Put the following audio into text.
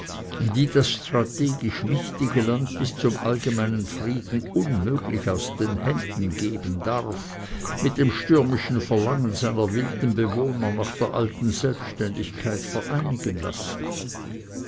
die das strategisch wichtige land bis zum allgemeinen frieden unmöglich aus den händen geben darf mit dem stürmischen verlangen seiner wilden bewohner nach der alten selbständigkeit vereinigen lassen